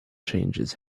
changes